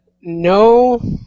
no